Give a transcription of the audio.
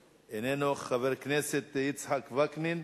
איננו, חבר הכנסת יצחק וקנין,